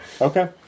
Okay